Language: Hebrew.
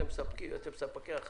אתם ספקי החלב.